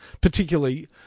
particularly